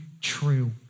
true